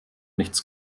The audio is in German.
nichts